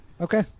Okay